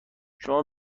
شما